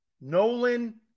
Nolan